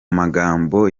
magambo